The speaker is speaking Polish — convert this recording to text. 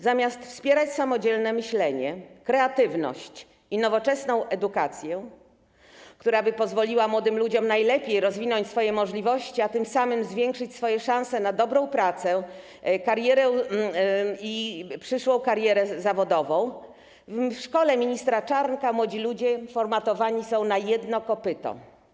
Zamiast wspierać samodzielne myślenie, kreatywność i nowoczesną edukację, która by pozwoliła młodym ludziom najlepiej rozwinąć swoje możliwości, a tym samym zwiększyć szanse na dobrą pracę i przyszłą karierę zawodową, w szkole ministra Czarnka młodzi ludzie formatowani są na jedno kopyto.